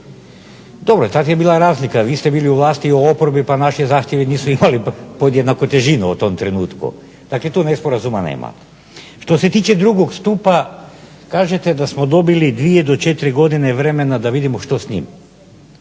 Dobro, tad je bila razlika, jer vi ste bili u vlasti, u oporbi, pa naši zahtjevi nisu imali podjednaku težinu u tom trenutku. Dakle tu nesporazuma nema. Što se tiče 2. stupa kažete da smo dobili 2 do 4 godine vremena da vidimo što s njim.